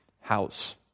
house